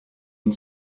une